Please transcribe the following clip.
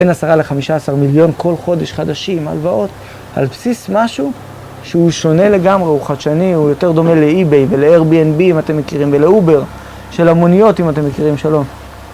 בין עשרה לחמישה עשר מיליון כל חודש, חדשים, הלוואות, על בסיס משהו שהוא שונה לגמרי, הוא חדשני, הוא יותר דומה ל-ebay ול-airbnb, אם אתם מכירים, ולאובר של המוניות, אם אתם מכירים שלא.